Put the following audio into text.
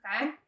okay